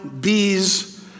bees